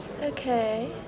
Okay